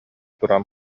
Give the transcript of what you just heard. туран